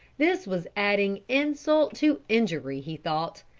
this was adding insult to injury, he thought,